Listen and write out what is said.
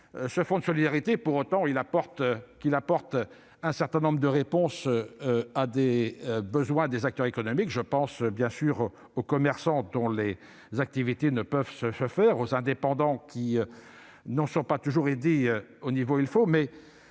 ce fonds de solidarité apporte un certain nombre de réponses aux besoins des acteurs économiques ; je pense bien sûr aux commerçants dont les activités ne peuvent se poursuivre, aux indépendants qui ne sont pas toujours aidés comme il le